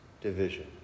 division